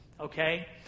Okay